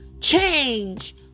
Change